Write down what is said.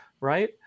Right